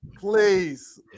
Please